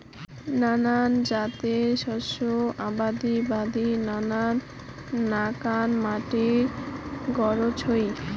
নানান জাতের শস্য আবাদির বাদি নানান নাকান মাটির গরোজ হই